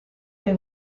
they